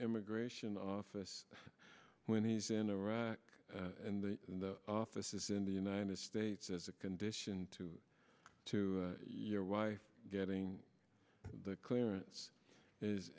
immigration office when he's in iraq and in the offices in the united states as a condition to to your wife getting the clearance is